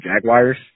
Jaguars